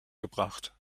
gebracht